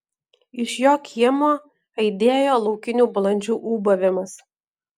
iš jo kiemo aidėjo laukinių balandžių ūbavimas